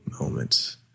moments